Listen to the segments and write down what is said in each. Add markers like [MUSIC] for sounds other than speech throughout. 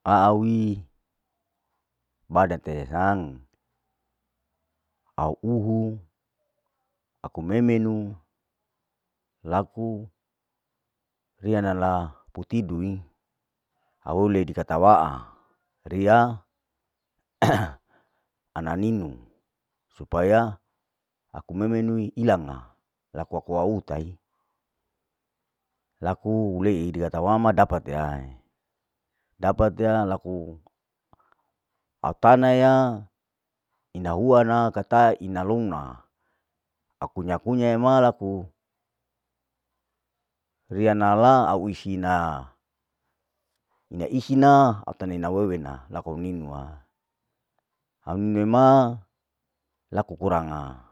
Aawi badan tenang, au uhu aku memenu laku rianala putidui, au ule dikata waa, riya [NOISE] ana ninu, supaya aku memenuhi ilanga, laku aku memeutai laku hulei dikata mama dapate, dapate laku au tana ya ina kuana kata ina loungna, au kunya kunya laku rianala au uisina, ina isi na au tana iwa wewena laku au ninu, au neni ma laku kuranga,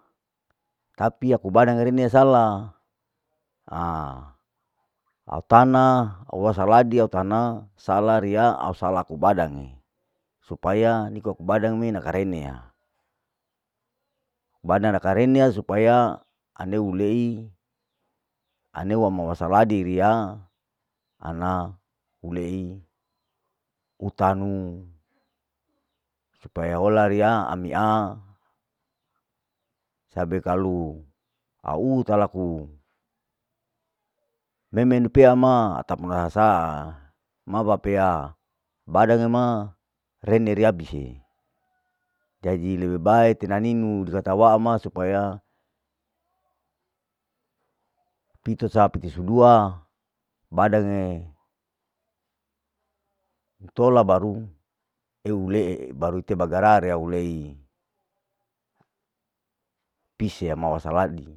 tapi aku badange irene sala, aau tana wsaladi, au tana riya au salaku badange, supaya niko ku badang me noka karenea, badang na karenia supaya aneu ulei aneu wasaladi riya, ana ulei utanu supaya ola riya amia, sabe kalu au uta laku memenu pea ma atapuna saa mabapea, badange ma rene riya bise, jadi lebe bae tena ninu dreta waama supaya, pito saa pitiso dua badange intola baru eu ulee baru ite bagara rea ulei pise wama wasaladi.`